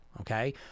okay